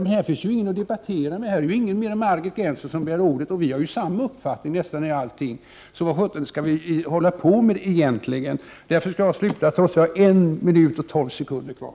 Men här finns ingen mer än Margit Gennser som begär ordet, och vi två har ju nästan samma uppfattning i allting, så vad skall vi egentligen debattera? Alla som sitter här inser att det är fullständigt meningslöst, så därför slutar jag nu, trots att jag har 1 minut och 12 sekunder kvar.